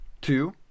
Two